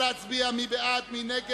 קבוצת סיעת מרצ,